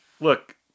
look